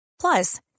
Plus